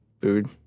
food